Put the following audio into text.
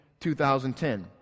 2010